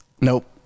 nope